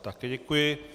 Také děkuji.